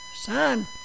son